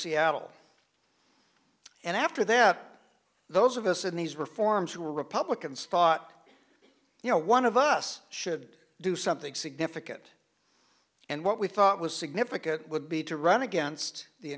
seattle and after that those of us in these reforms who were republicans thought you know one of us should do something significant and what we thought was significant would be to run against the